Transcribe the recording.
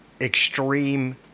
extreme